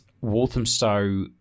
Walthamstow